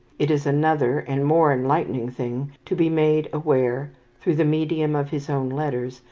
it is another and more enlightening thing to be made aware, through the medium of his own letters,